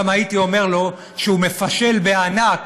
גם הייתי אומר לו שהוא מפשל בענק